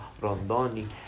Rondoni